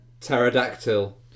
Pterodactyl